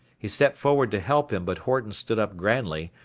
he stepped forward to help him but horton stood up grandly,